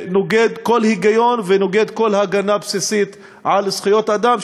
שנוגד כל היגיון ונוגד כל הגנה בסיסית על זכויות אדם,